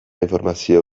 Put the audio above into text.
informazio